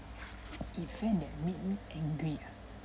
event that made me angry ah